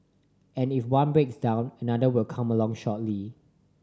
and if one breaks down another will come along shortly